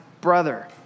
brother